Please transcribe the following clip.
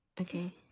Okay